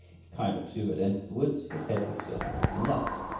if kai bok-su had entered the woods, his head would certainly have been lost.